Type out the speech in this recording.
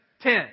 Ten